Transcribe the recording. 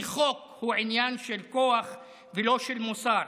כי חוק הוא עניין של כוח ולא של מוסר,